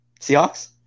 Seahawks